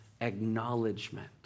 acknowledgement